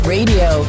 Radio